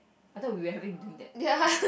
I thought we were having doing that